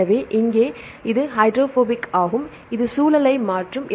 எனவே இங்கே இது ஹைட்ரோபோபிக் ஆகும் இது சூழலை மாற்றும்